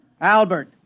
Albert